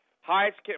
highest